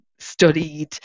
studied